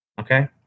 Okay